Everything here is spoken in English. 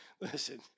Listen